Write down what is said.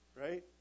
Right